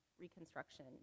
reconstruction